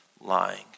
Lying